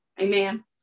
Amen